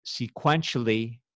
sequentially